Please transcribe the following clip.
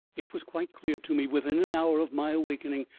it was quite clear to me, within an hour of my awakening,